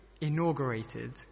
inaugurated